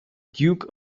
duke